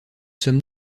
sommes